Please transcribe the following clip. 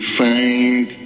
find